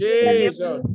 Jesus